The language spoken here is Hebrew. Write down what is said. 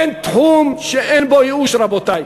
אין תחום שאין בו ייאוש, רבותי.